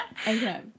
Okay